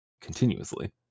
continuously